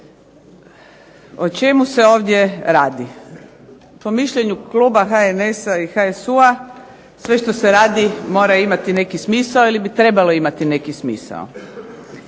O čemu se ovdje radi? Po mišljenju kluba HNS-a i HSU-a sve što se radi mora imati neki smisao ili bi trebalo imati neki smisao.